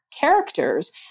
characters